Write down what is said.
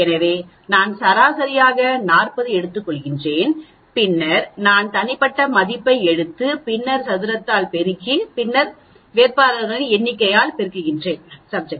எனவே நான் சராசரியாக 40 எடுத்துக்கொள்கிறேன் பின்னர் நான் தனிப்பட்ட மதிப்பை எடுத்து பின்னர் சதுரத்தால் பெருக்கி பின்னர் வேட்பாளர்களின் எண்ணிக்கையால் பெருக்கப்படுவேன்